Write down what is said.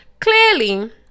Clearly